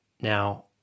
Now